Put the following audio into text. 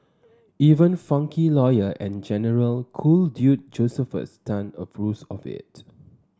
even funky lawyer and generally cool dude Josephus Tan approves of it